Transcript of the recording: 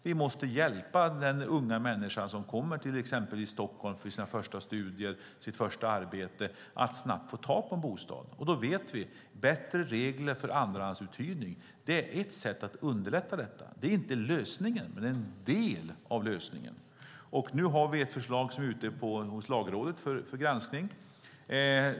Vi måste hjälpa den unga människa som kommer exempelvis till Stockholm för sina första studier eller sitt första arbete att snabbt få tag på bostad. Då vet vi att bättre regler för andrahandsuthyrning är ett sätt att underlätta detta. Det är inte lösningen, men det är en del av lösningen. Nu har vi ett förslag som ligger hos Lagrådet för granskning.